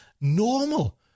normal